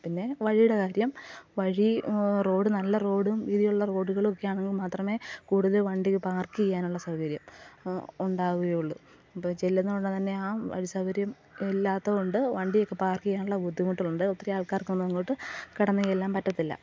പിന്നെ വഴിയുടെ കാര്യം വഴി റോഡ് നല്ല റോഡ് വീതിയുള്ള റോഡുകളൊക്കെ ആണെങ്കിൽ മാത്രമേ കൂടുതൽ വണ്ടി പാർക്ക് ചെയ്യാനുള്ള സൗകര്യം ഉണ്ടാവുകയുള്ളു ഇപ്പം ചെല്ലുന്നോണ്ട് തന്നെ ആ വഴി സൗകര്യം ഇല്ലാത്തകൊണ്ട് വണ്ടിയൊക്കെ പാർക്ക് ചെയ്യാനുള്ള ബുദ്ധിമുട്ടുണ്ട് ഒത്തിരി ആൾക്കാർക്കൊന്നും അങ്ങോട്ട് കടന്നു ചെല്ലാൻ പറ്റത്തില്ല